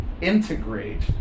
integrate